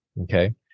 Okay